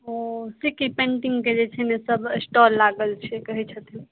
ओ सिक्की पेन्टिन्गके जे छै ने सब स्टॉल लागल छै कहै छथिन